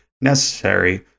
necessary